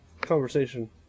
conversation